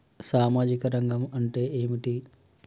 సామాజిక రంగం అంటే ఏమిటి?